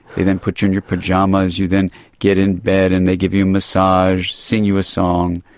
they then put you in your pyjamas, you then get in bed and they give you a massage, sing you a song,